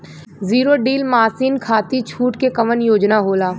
Zero डील मासिन खाती छूट के कवन योजना होला?